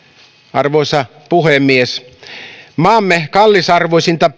arvoisa puhemies maamme kallisarvoisinta